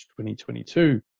2022